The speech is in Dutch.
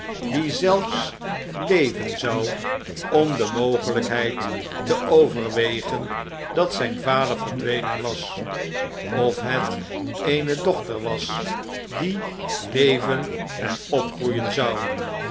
die zelfs leven zou om de mogeiykheid te overwegen dat zyn vader verdwenen was of het eene dochter was die leven en opgroeien zou